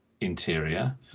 interior